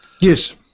Yes